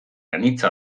anitza